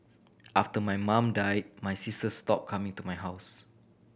after my mum died my sister stop coming to my house